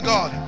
God